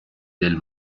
del